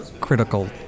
critical